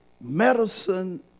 Medicine